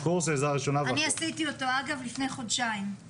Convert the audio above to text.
אני עשיתי אותו, אגב, לפני חודשים.